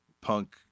punk